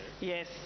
Yes